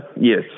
yes